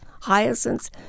hyacinths